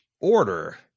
order